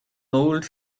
old